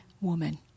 woman